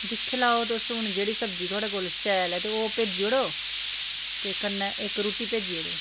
दिक्खी लैओ तुस हून जेह्ड़ी सब्जी थुआढ़े कोल शैल ऐ ते ओह् भेजी ओड़ो ते कन्नै इक रुट्टी भेजी ओड़ेओ